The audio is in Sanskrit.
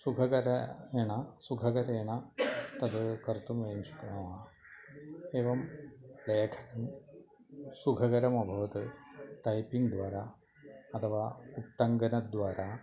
सुखकरेण सुखकरेण तद् कर्तुं वयं शक्नुमः एवं लेखनं सुखकरमभवत् टैपिङ्ग्द्वारा अथवा उट्टङ्कनद्वारा